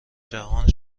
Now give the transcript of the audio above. جهان